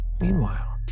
Meanwhile